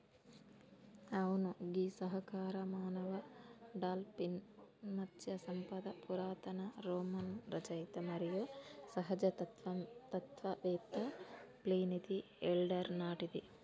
అవును గీ సహకార మానవ డాల్ఫిన్ మత్స్య సంపద పురాతన రోమన్ రచయిత మరియు సహజ తత్వవేత్త ప్లీనీది ఎల్డర్ నాటిది